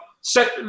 set